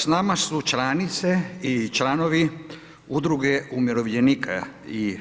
S nama su članice i članovi Udruge umirovljenika i